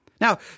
Now